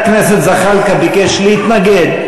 חבר הכנסת זחאלקה מבקש להתנגד.